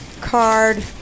card